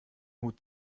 hut